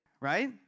right